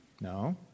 No